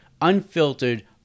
unfiltered